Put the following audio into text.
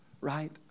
right